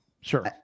sure